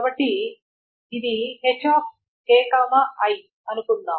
కాబట్టి ఇది h k i అనుకుందాం